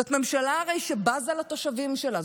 זאת הרי ממשלה שבזה לתושבים שלה,